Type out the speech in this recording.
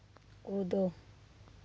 कूदो